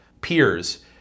peers